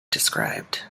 described